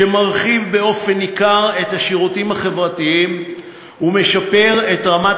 שמרחיב באופן ניכר את השירותים החברתיים ומשפר את רמת